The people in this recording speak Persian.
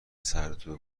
سردتو